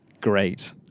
great